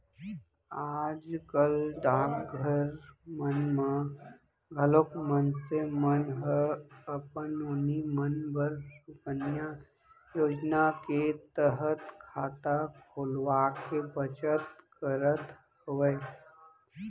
आज कल डाकघर मन म घलोक मनसे मन ह अपन नोनी मन बर सुकन्या योजना के तहत खाता खोलवाके बचत करत हवय